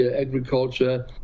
agriculture